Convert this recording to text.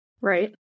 Right